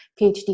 PhD